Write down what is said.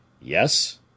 Yes